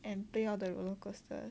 and play all the roller coasters